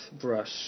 brush